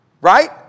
Right